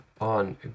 on